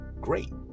great